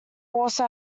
also